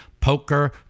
Poker